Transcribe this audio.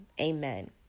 Amen